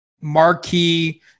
marquee